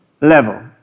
level